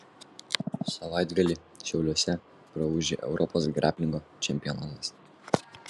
savaitgalį šiauliuose praūžė europos graplingo čempionatas